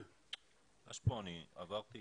עברתי